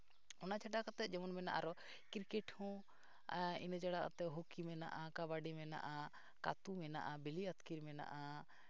ᱚᱱᱟ ᱪᱷᱟᱰᱟ ᱠᱟᱛᱮ ᱡᱮᱢᱚᱱ ᱢᱮᱱᱟᱜᱼᱟ ᱟᱨᱚ ᱠᱨᱤᱠᱮᱴ ᱦᱚᱸ ᱤᱱᱟᱹ ᱪᱷᱟᱲᱟ ᱠᱟᱛᱮ ᱦᱚᱠᱤ ᱢᱮᱱᱟᱜᱼᱟ ᱠᱟᱵᱟᱰᱤ ᱢᱮᱱᱟᱜᱼᱟ ᱠᱟᱹᱛᱩ ᱢᱮᱱᱟᱜᱼᱟ ᱵᱤᱞᱤ ᱟᱛᱠᱤᱨ ᱢᱮᱱᱟᱜᱼᱟ